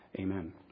Amen